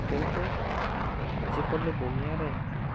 କିନ୍ତୁ ଆଜିକାଲି ଦୁନିଆରେ